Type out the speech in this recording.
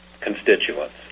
constituents